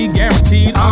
guaranteed